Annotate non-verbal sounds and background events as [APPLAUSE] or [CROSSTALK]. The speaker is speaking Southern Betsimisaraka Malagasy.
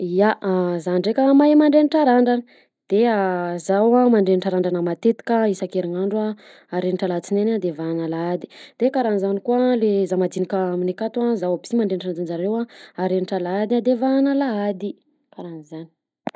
Ya zah dreky a mahay madrenitra randrana dia [HESITATION] zaho a madrenitra randrana matetika isan-kerinandro a arenitra latsinainy ade vahagna lahady de karaha zany koa le za mandinika aninay akatoa zaho aby sy madrenitra zareo a arenitra lahady a de vahana lahady karaha an'zany.